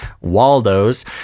Waldos